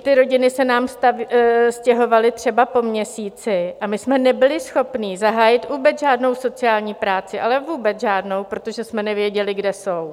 Ty rodiny se nám stěhovaly třeba po měsíci a my jsme nebyli schopni zahájit vůbec žádnou sociální práci, ale vůbec žádnou, protože jsme nevěděli, kde jsou.